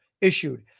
issued